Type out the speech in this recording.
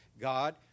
God